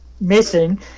missing